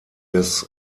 des